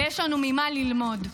ויש לנו ממה ללמוד.